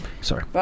sorry